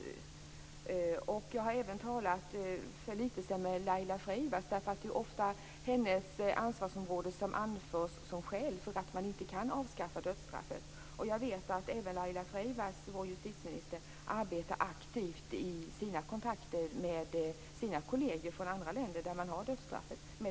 För ett litet tag sedan talade jag med Laila Freivalds - det är ju ofta hennes ansvarsområde som anförs som skäl till varför man inte kan avskaffa dödsstraffet - och jag vet att även hon arbetar aktivt med de här frågorna i sina kontakter med kolleger från andra länder där man har dödsstraff.